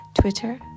Twitter